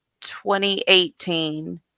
2018